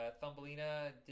Thumbelina